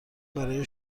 برای